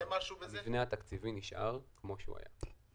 המבנה התקציבי נשאר כמו שהוא היה.